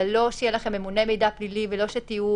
אבל לא שיהיה לכם ממונה מידע פלילי ולא שתהיו